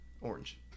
orange